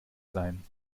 sein